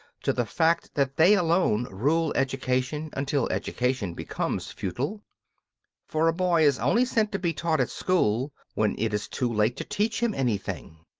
to the fact that they alone rule education until education becomes futile for a boy is only sent to be taught at school when it is too late to teach him anything.